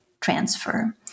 transfer